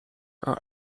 are